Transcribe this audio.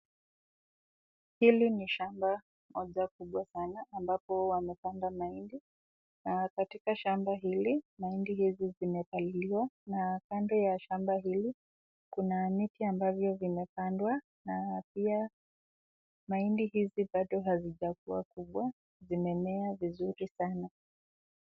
Hili ni shamba moja kubwa sanaa ambapo wamepanda mahindi, na katika shamba hili mahindi zimepaliliwa, na kando ya shamba hili kuna miti ambayo zimepandwa na pia mahindi hizi bado hazijakua kubwa zimemea vizuri sana.